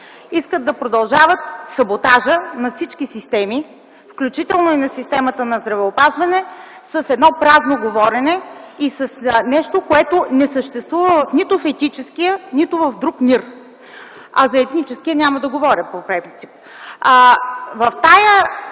Искат да продължават саботажа на всички системи, включително на системата на здравеопазване, с празно говорене и с нещо, което не съществува нито в етическия, нито в друг мир. За етническия няма да говоря. В тази